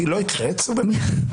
אתה לא מכיר את --- לפי ההיגיון שלך